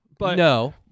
No